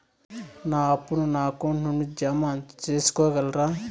నా అప్పును నా అకౌంట్ నుండి జామ సేసుకోగలరా?